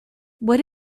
what